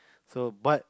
so but